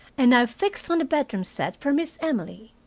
and i've fixed on a bedroom set for miss emily.